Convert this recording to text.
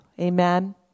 Amen